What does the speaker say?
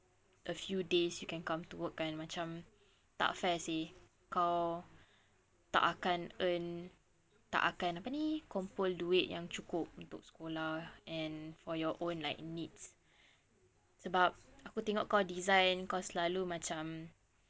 a few days you can come to work kan macam tak fair seh kau tak akan earn tak akan apa ni hold duit yang cukup untuk sekolah and for your own like needs sebab aku tengok kau design kau selalu macam